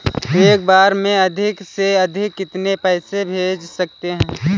एक बार में अधिक से अधिक कितने पैसे भेज सकते हैं?